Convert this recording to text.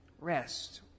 Rest